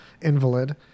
invalid